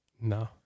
No